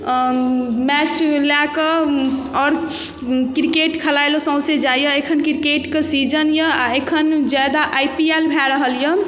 अऽ मैच लए कऽ आओर क्रिकेट खेलाइ लऽ सौंसे जाइए एखन क्रिकेटके सीजन यऽ आओर एखन जादा आइ पी एल भए रहल यऽ